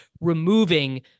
removing